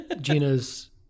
Gina's